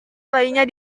lainnya